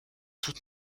toute